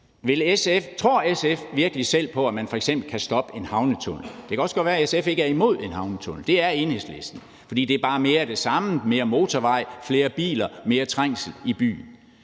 Tror SF virkelig selv på, at man f.eks. kan stoppe en havnetunnel? Det kan også godt være, at SF ikke er imod en havnetunnel. Det er Enhedslisten, fordi det bare er mere af det samme. Det er mere motorvej, flere biler, mere trængsel i byen,